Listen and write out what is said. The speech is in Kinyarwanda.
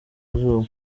izuba